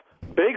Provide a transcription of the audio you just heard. big